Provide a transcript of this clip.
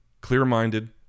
Clear-minded